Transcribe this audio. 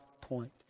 point